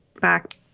back